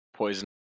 Poison